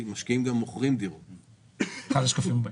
שאנחנו נמצאים בסטגנציה בשוק,